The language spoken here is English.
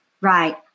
Right